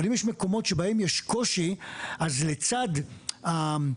אבל אם יש מקומות שבהם יש קושי אז לצד ההתייחסות,